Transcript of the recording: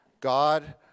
God